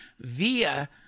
via